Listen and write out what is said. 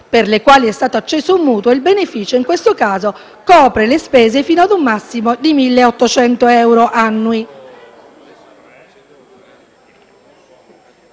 per le quali è stato acceso un mutuo. Il beneficio in questo caso copre le spese fino a un massimo di 1.800 euro annui.